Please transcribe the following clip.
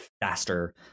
faster